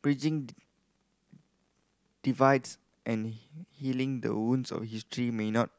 bridging divides and healing the wounds of history may not